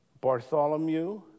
Bartholomew